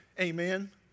Amen